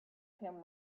him